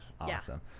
Awesome